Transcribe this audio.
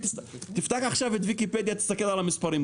תפתח עכשיו את וויקיפדיה ותסתכל על המספרים,